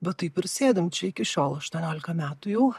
bet taip ir sėdim čia iki šiol aštuoniolika metų jau